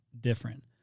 different